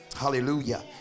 Hallelujah